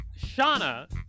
Shauna